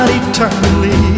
eternally